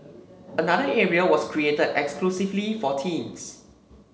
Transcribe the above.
another area was created exclusively for teens